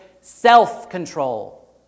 self-control